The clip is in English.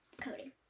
Coding